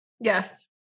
Yes